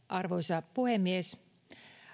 arvoisa puhemies